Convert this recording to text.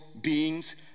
beings